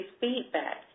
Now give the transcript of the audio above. feedback